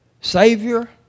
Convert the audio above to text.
Savior